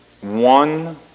One